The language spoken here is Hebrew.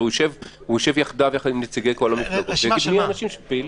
הוא ישב עם נציגי כל המפלגות ויגיד מי האנשים שפעילים.